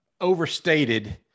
overstated